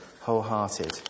wholehearted